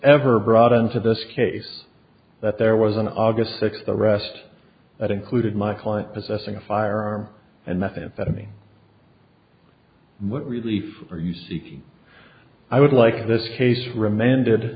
ever brought into this case that there was an august sixth arrest that included my client possessing a firearm and methamphetamine what relief you seek i would like this case rema